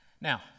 Now